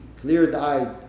clear-eyed